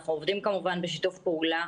אנחנו עובדים כמובן בשיתוף פעולה